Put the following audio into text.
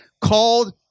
called